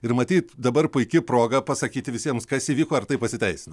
ir matyt dabar puiki proga pasakyti visiems kas įvyko ar tai pasiteisino